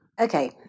Okay